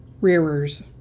Rearers